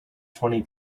twenty